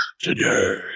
today